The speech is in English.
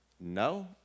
no